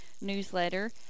newsletter